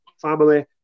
family